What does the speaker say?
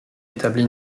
établit